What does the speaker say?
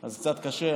אז זה קצת קשה,